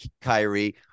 Kyrie